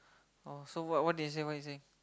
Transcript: oh so what what did he say what he say